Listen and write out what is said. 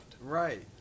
right